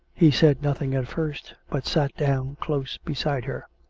he said nothing at first, but sat down close beside her.